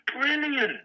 brilliant